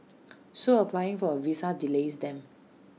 so applying for A visa delays them